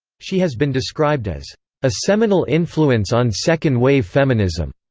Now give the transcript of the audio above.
she has been described as a seminal influence on second-wave feminism,